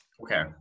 Okay